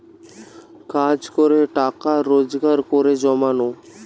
কাজ করে টাকা রোজগার করে জমানো